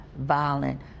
violent